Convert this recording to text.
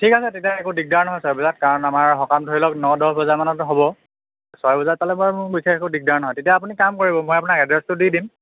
ঠিক আছে তেতিয়াহ'লে একো দিগদাৰ নহয় ছয় বজাত কাৰণ আমাৰ সকাম ধৰি লওক ন দহ বজা মানত হ'ব ছয় বজাত পালে বাৰু মোৰ বিশেষ একো দিগদাৰ নহয় তেতিয়া আপুনি কাম কৰিব মই আপোনাক এড্ৰেছটো দি দিম